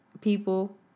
people